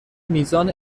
میزان